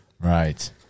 Right